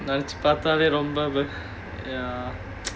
நினைச்சி பாத்தாலே ரொம்ப:ninaichi paathalae romba ya